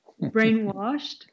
Brainwashed